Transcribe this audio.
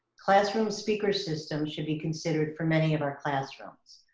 classroom speaker systems should be considered for many of our classrooms.